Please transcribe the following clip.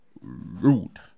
rude